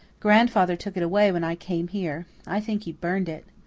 grandfather took it away when i came here. i think he burned it.